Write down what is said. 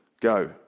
go